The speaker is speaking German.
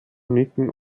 nicken